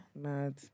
mad